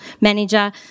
manager